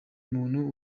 umuntu